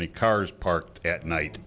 any cars parked at night